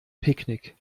picknick